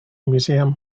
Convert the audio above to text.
museum